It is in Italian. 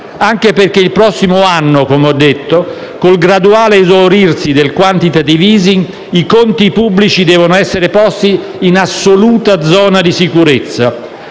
anche perché il prossimo anno - come ho già detto - col graduale esaurirsi del *quantitative easing*, i conti pubblici devono essere posti in assoluta zona di sicurezza.